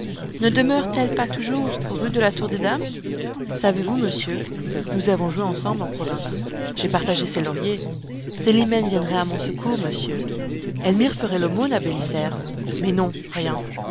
ne demeure t elle pas toujours rue de la tour des dames savez-vous monsieur nous avons joué ensemble en province j'ai partagé ses lauriers célimène viendrait à mon secours monsieur elmire ferait l'aumône à bélisaire mais non rien